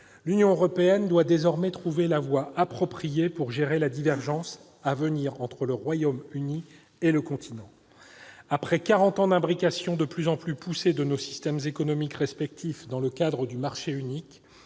l'Union européenne doit désormais trouver la voie appropriée pour gérer la divergence à venir entre le Royaume-Uni et le continent. Après quarante ans d'imbrication de plus en plus poussée de nos systèmes économiques respectifs dans le cadre du marché unique,